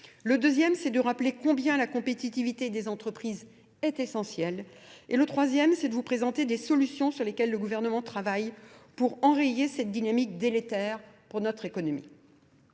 Le deuxième, c'est de rappeler combien la compétitivité des entreprises est essentielle. Et le troisième, c'est de vous présenter des solutions sur lesquelles le gouvernement travaille pour enrayer cette dynamique délétère pour notre économie.